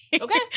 Okay